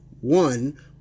one